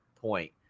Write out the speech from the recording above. point